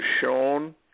shown